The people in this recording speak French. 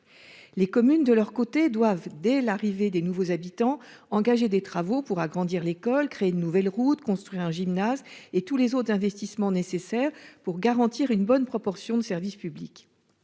Les communes, de leur côté, doivent, dès l'arrivée des nouveaux habitants, engager des travaux pour agrandir l'école, créer de nouvelles routes, construire un gymnase et réaliser tous les autres investissements nécessaires pour garantir une bonne proportion de services publics.